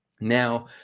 Now